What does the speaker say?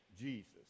jesus